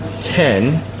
ten